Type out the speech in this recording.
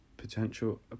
Potential